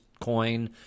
coin